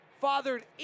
fathered